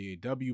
DAW